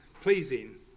pleasing